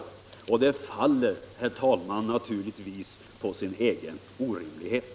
Det faller naturligtvis, herr talman, på sin egen orimlighet.